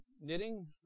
knitting